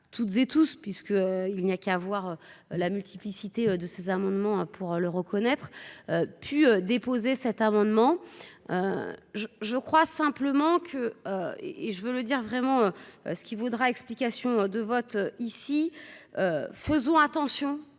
toutes et tous, puisque il n'y a qu'à voir la multiplicité de ces amendements pour le reconnaître, pu déposer cet amendement, je crois simplement que, et je veux le dire vraiment ce qu'il voudra, explications de vote ici. Faisons attention